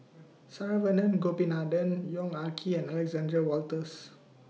Saravanan Gopinathan Yong Ah Kee and Alexander Wolters